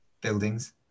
buildings